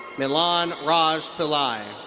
milan raj pillai.